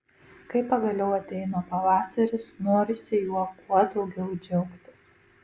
kai pagaliau ateina pavasaris norisi juo kuo daugiau džiaugtis